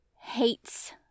hates